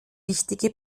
wichtige